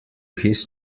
his